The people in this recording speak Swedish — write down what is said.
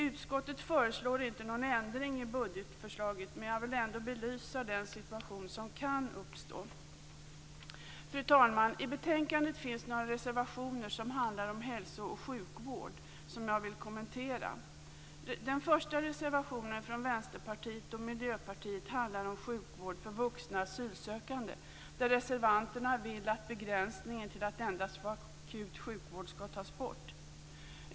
Utskottet föreslår inte någon ändring i budgetförslaget, men jag vill ändå belysa den situation som kan uppstå. Fru talman! I betänkandet finns några reservationen som handlar om hälso och sjukvård och som jag vill kommentera. Reservanterna vill att begränsningen till att endast få akut sjukvård skall tas bort.